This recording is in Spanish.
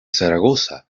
zaragoza